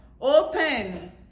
open